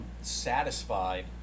satisfied